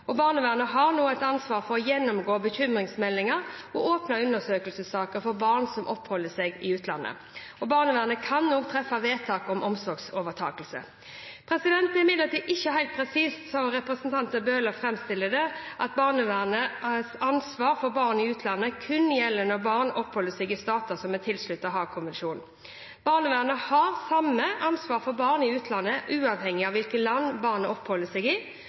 Barnevernet har nå et ansvar for å gjennomgå bekymringsmeldinger og åpne undersøkelsessaker for barn som oppholder seg i utlandet. Barnevernet kan også treffe vedtak om omsorgsovertakelse. Det er imidlertid ikke helt presist, slik representanten Bøhler framstiller det, at barnevernets ansvar for barn i utlandet kun gjelder når barn oppholder seg i stater som er tilsluttet Haagkonvensjonen. Barnevernet har samme ansvar for barn i utlandet, uavhengig av hvilket land barnet oppholder seg i.